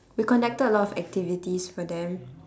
we conducted a lot of activities for them